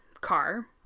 car